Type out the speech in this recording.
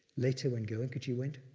later, when goenkaji went,